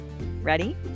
Ready